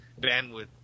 bandwidth